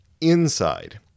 inside